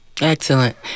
Excellent